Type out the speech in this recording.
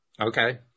Okay